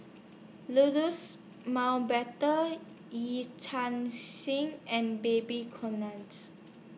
Mountbatten Yee Chia and Babes